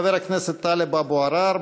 חבר הכנסת טלב אבו עראר,